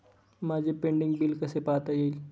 माझे pending bill कसे पाहता येईल?